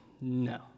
no